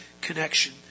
connection